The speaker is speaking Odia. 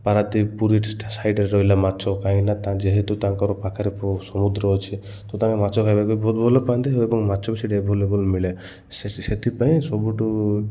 ପାରାଦୀପ ପୁରୀ ସାଇଡ଼ରେ ରହିଲା ମାଛ କାହିଁକିନା ଯେହେତୁ ତାଙ୍କର ପାଖରେ ସମୁଦ୍ର ଅଛି ତ ତାଙ୍କ ମାଛ ଖାଇବାକୁ ବି ବହୁତ ଭଲ ପାଆନ୍ତି ଏବଂ ମାଛ ବି ସେଠି ଏଭେଲେବୁଲ ମିଳେ ସେଥିପାଇଁ ସବୁଠୁ